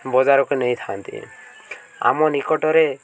ବଜାରକୁ ନେଇଥାନ୍ତି ଆମ ନିକଟରେ